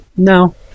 No